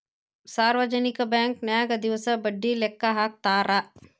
ಸಾರ್ವಜನಿಕ ಬಾಂಕನ್ಯಾಗ ದಿವಸ ಬಡ್ಡಿ ಲೆಕ್ಕಾ ಹಾಕ್ತಾರಾ